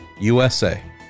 USA